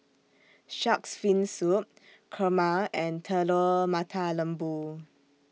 Shark's Fin Soup Kurma and Telur Mata Lembu